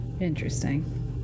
Interesting